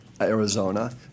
Arizona